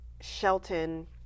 Shelton